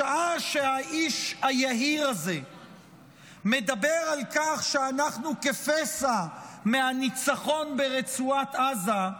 בשעה שהאיש היהיר הזה מדבר על כך שאנחנו כפסע מהניצחון ברצועת עזה,